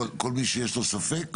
כל מי שיש לו ספק?